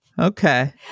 Okay